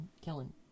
killing